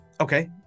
okay